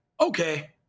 okay